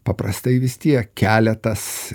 paprastai vis tiek keletas